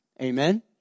Amen